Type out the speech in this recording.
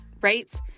Right